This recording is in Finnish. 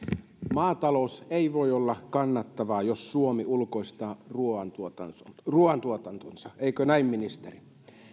maatalous ei voi olla kannattavaa jos suomi ulkoistaa ruoantuotantonsa ruoantuotantonsa eikö näin ministeri